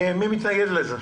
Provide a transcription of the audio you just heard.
מי מתנגד לזה?